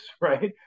right